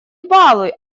балуй